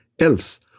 else